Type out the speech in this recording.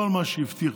כל מה שהבטיחו,